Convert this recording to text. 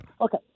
Okay